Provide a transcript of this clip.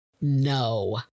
no